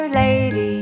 lady